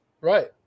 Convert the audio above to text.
Right